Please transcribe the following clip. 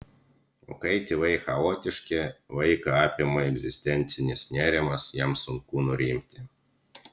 o kai tėvai chaotiški vaiką apima egzistencinis nerimas jam sunku nurimti